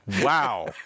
Wow